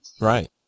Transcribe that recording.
Right